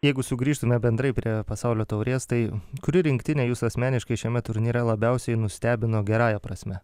jeigu sugrįžtume bendrai prie pasaulio taurės tai kuri rinktinė jus asmeniškai šiame turnyre labiausiai nustebino gerąja prasme